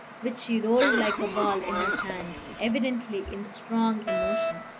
which she rolled like a ball in her hand, evidently in strong emotion.